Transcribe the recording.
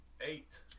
eight